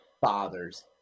fathers